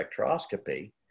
spectroscopy